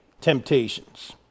temptations